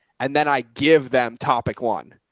and then i give them topic one.